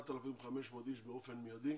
איש באופן מיידי